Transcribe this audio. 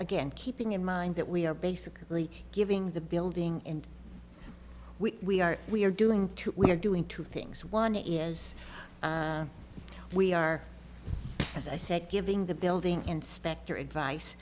again keeping in mind that we are basically giving the building and we are we are doing two we are doing two things one is we are as i said giving the building inspector advice